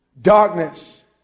Darkness